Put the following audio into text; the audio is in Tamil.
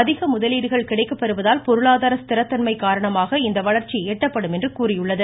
அதிக முதலீடுகள் கிடைக்கப்பெறுவதால் பொருளாதார ஸ்திர தன்மை காரணமாக இந்த வளர்ச்சி எட்டப்படும் என்றும் கூறியுள்ளது